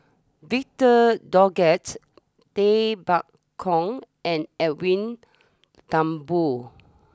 Victor Doggett Tay Bak Koi and Edwin Thumboo